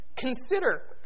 Consider